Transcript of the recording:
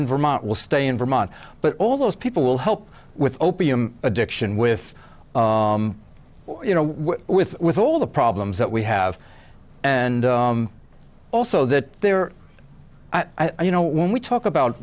in vermont will stay in vermont but all those people will help with opium addiction with you know with with all the problems that we have and also that there are i you know when we talk about